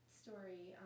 story